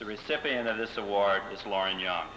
the recipient of this award is lauren young